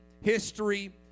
history